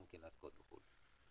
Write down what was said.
גם להשקעות בחו"ל.